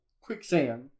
quicksand